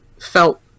felt